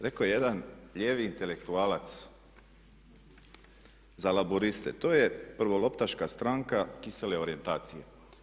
Rekao je jedan lijevi intelektualac za Laburiste, to je prvoloptaška stranka kisele orijentacije.